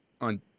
on